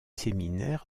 séminaire